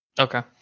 Okay